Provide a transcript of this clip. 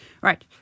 Right